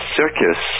circus